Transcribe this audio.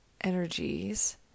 energies